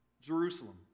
Jerusalem